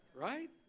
right